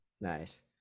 Nice